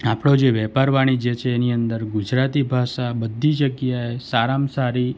આપણો જે વેપાર વાણિજ્ય છે એની અંદર ગુજરાતી ભાષા બધી જગ્યાએ સારામાં સારી